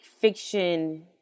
fiction